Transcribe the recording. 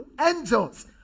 angels